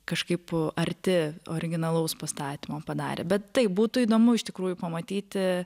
kažkaip arti originalaus pastatymo padarė bet taip būtų įdomu iš tikrųjų pamatyti